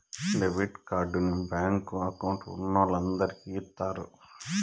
debit కార్డుని bank account ఉన్నోలందరికి ఇత్తారు